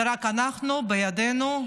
זה רק אנחנו, בידינו,